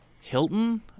Hilton